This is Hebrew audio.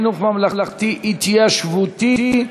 חינוך ממלכתי התיישבותי),